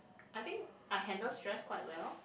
I think I handle stress quite well